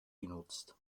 genutzt